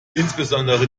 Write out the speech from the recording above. insbesondere